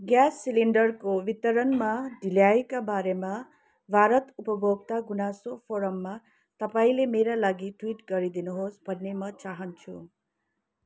gas सिलेन्डरको वितरणमा ढिल्याइका बारेमा भारत उपभोक्ता गुनासो फोरममा तपाईँले मेरा लागि ट्विट गरिदिनुहोस् भन्ने म चाहान्छु